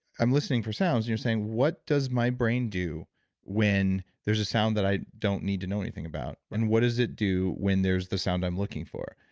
i'm listening for sounds and you're saying, what does my brain do when there's a sound that i don't need to know anything about and what does it do when there's the sound i'm looking for?